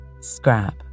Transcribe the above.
Scrap